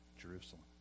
Jerusalem